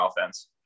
offense